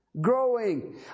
Growing